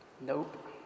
Nope